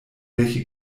welche